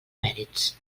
mèrits